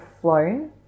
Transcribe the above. flown